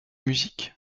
music